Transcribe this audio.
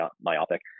myopic